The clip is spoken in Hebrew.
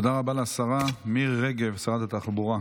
תודה רבה לשרה מירי רגב, שרת התחבורה.